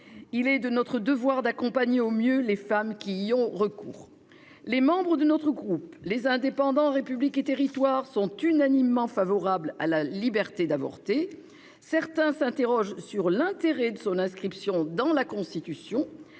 Il est de notre devoir d'accompagner au mieux les femmes qui y ont recours. Les membres du groupe Les Indépendants - République et Territoires sont unanimement favorables à la liberté d'avorter. Certains s'interrogent sur l'intérêt de son inscription dans la Constitution.